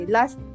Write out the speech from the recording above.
Last